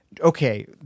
Okay